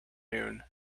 noon